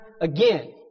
again